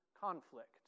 conflict